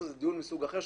זה דיון מסוג אחר.